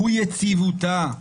הוא יציבותה.